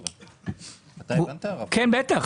בטח,